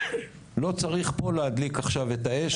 לא צריך פה להדליק עכשיו את האש.